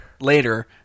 later